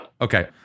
Okay